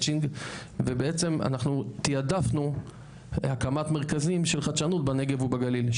ובעצם אנחנו תיעדפנו הקמת מרכזים של חדשנות בנגב ובגליל.